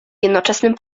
jednoczesnym